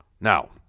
Now